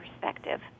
perspective